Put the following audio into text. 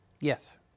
Yes